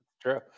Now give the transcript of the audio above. True